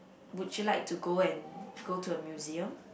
would you like to go and go to a museum